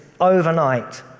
overnight